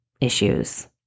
issues